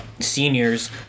seniors